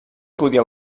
podia